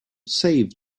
saved